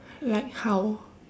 like how